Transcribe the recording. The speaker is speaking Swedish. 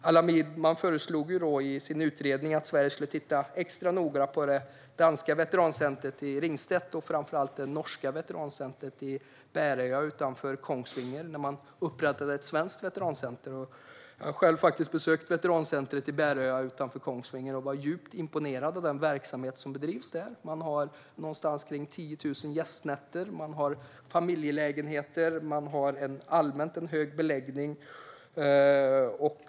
Allan Widman föreslog i sin utredning att Sverige skulle titta extra noga på det danska veterancentret i Ringsted och framför allt på det norska veterancentret i Bæreia utanför Kongsvinger vid upprättandet av ett svenskt veterancenter. Jag har själv besökt veterancentret i Bæreia utanför Kongsvinger och var djupt imponerad av den verksamhet som bedrivs där. Man har runt 10 000 gästnätter, man har familjelägenheter och man har en allmänt hög beläggning.